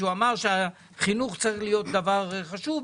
שאמר שהחינוך צריך להיות דבר חשוב,